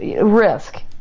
Risk